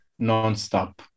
nonstop